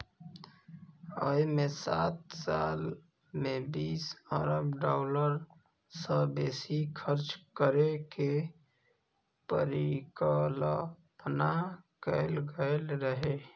अय मे सात साल मे बीस अरब डॉलर सं बेसी खर्च करै के परिकल्पना कैल गेल रहै